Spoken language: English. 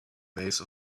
base